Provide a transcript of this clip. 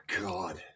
God